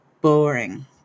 boring